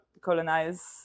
colonize